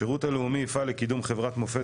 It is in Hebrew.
שירות לאומי יפעל לקידום חברת מופת